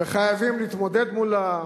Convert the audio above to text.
וחייבים להתמודד מולה,